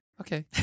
Okay